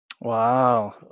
wow